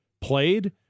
played